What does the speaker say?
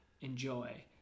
enjoy